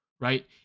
right